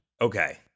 Okay